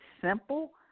simple